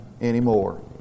anymore